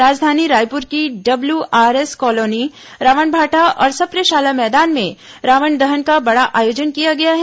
राजधानी रायपुर की WRS colony Ravan Bhata और सप्रे शाला मैदान में रावण दहन का बड़ा आयोजन किया गया है